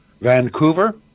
Vancouver